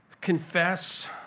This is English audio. confess